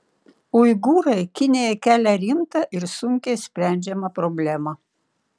uigūrai kinijai kelia rimtą ir sunkiai sprendžiamą problemą